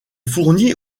fournit